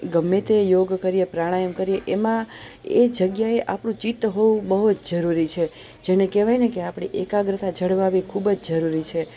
ગમે તે યોગ કરીએ પ્રાણાયમ કરીએ એમાં એ જગ્યાએ આપણું ચિત્ત હોવું બહુ જ જરૂરી છે જેને કહેવાય ને કે આપણે એકાગ્રતા જળવાવી ખૂબ જ જરૂરી છે